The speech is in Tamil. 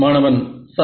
மாணவன் சார்